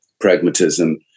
pragmatism